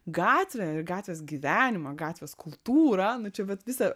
gatvę ir gatvės gyvenimą gatvės kultūrą nu čia vat visą